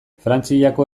frantziako